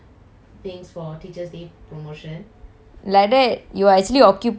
like that you are actually occupied lah நாந்தான் இங்கே வெட்டியா இருக்கேன்:naanthan inge vetiyaa irukken